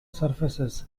surfaces